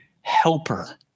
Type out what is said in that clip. helper